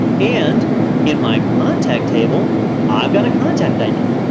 and in my contact table i've got a contact id.